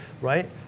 Right